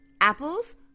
Apples